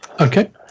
Okay